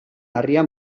harria